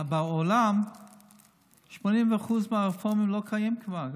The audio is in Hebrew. בעולם 80% מהרפורמים לא קיימים כבר.